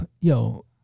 yo